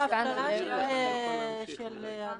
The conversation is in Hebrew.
לא, צריך להוכיח את זה